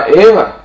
eva